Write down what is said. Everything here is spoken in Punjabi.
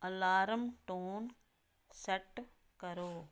ਅਲਾਰਮ ਟੋਨ ਸੈੱਟ ਕਰੋ